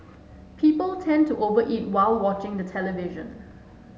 people tend to over eat while watching the television